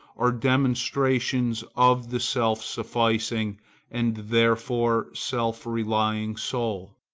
are demonstrations of the self-sufficing and therefore self-relying soul.